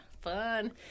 fun